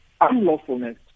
unlawfulness